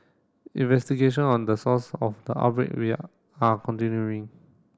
investigation on the source of the outbreak are continuing